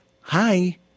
hi